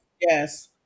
yes